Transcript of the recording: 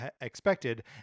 expected